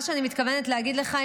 מה שאני מתכוונת להגיד לך,